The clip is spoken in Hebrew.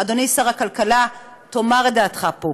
אדוני שר הכלכלה, תאמר את דעתך פה.